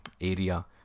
area